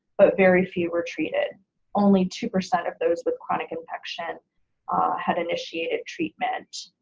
but very few were treated only two percent of those with chronic infection had initiated treatment,